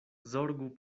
zorgu